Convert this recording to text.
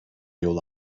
yol